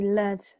led